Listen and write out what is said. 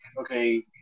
okay